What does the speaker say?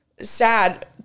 sad